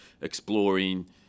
exploring